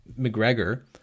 McGregor